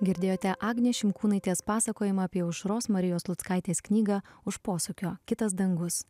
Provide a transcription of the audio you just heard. girdėjote agnės šimkūnaitės pasakojimą apie aušros marijos sluckaitės knygą už posūkio kitas dangus